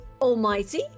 Almighty